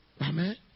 Amen